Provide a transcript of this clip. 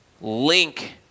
link